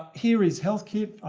here is healthkit,